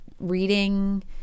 reading